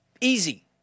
Easy